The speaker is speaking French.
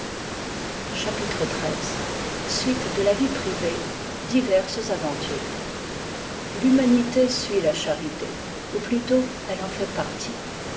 suéie de la vie privée diverses aventures l'humanité suit la charité ou plutôt elle en fait partie